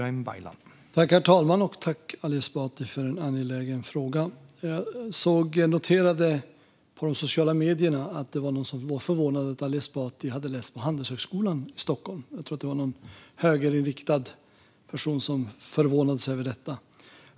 Herr talman! Tack, Ali Esbati, för en angelägen fråga! Jag noterade i sociala medier att någon högerinriktad person förvånades över att Ali Esbati hade läst på Handelshögskolan i Stockholm.